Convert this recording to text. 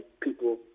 people